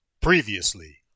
Previously